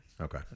Okay